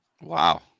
wow